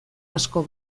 asko